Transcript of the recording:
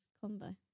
combo